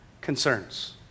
concerns